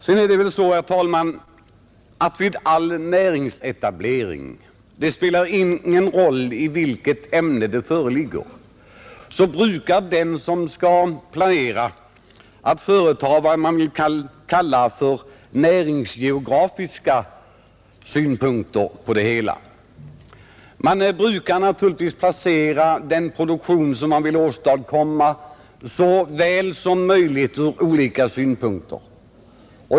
Sedan är det väl så, herr talman, att vid all näringsetablering — det spelar ingen roll vilket ämne det gäller — brukar den som skall planera anlägga vad som kallas näringsgeografiska synpunkter på det hela. Man brukar naturligtvis placera den produktion som man vill åstadkomma så väl som möjligt ur olika synpunkter.